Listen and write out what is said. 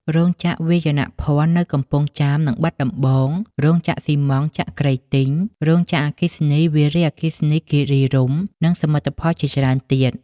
រោងចក្រវាយនភ័ណ្ឌ នៅកំពង់ចាម និងបាត់ដំបង, រោងចក្រស៊ីម៉ង់ត៍ចក្រីទីង, រោងចក្រអគ្គិសនីវារីអគ្គិសនីគីរីរម្យ និងសមិទ្ធផលជាច្រើនទៀត។